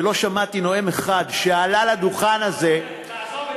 ולא שמעתי נואם אחד שעלה לדוכן הזה, תעזוב את זה.